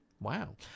Wow